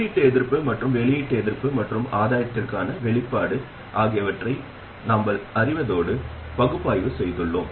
உள்ளீட்டு எதிர்ப்பு மற்றும் வெளியீட்டு எதிர்ப்பு மற்றும் ஆதாயத்திற்கான வெளிப்பாடு ஆகியவற்றை நாங்கள் அறிவதோடு பகுப்பாய்வு செய்துள்ளோம்